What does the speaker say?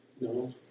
no